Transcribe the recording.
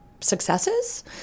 successes